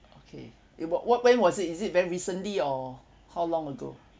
okay y~ wh~ when was it is it very recently or how long ago